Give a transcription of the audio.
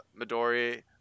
Midori